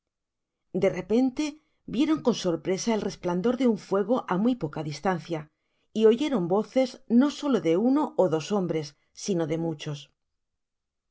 de repente vieron con sorpresa el resplandor de un fuego á muy poca distancia y oyeron voces no solo de uno ó dos hombres sino de muchos